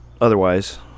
otherwise